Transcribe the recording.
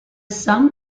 sum